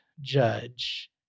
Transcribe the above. judge